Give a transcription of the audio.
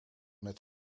met